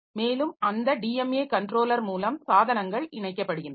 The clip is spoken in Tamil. மேலும் அந்த டிஎம்ஏ கன்ட்ரோலர் மூலம் சாதனங்கள் இணைக்கப்படுகின்றன